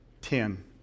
ten